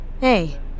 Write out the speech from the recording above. Hey